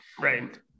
Right